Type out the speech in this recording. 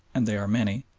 and they are many,